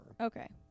okay